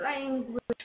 language